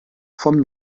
vom